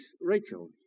Rachel